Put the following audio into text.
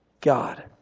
God